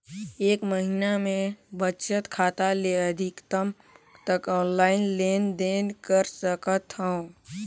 एक महीना मे बचत खाता ले अधिकतम कतना ऑनलाइन लेन देन कर सकत हव?